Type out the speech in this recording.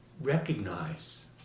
recognize